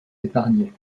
épargné